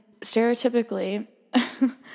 stereotypically